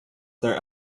their